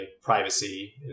privacy